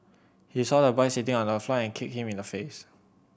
he saw the boy sitting on the floor and kicked him in the face